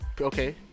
Okay